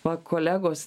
va kolegos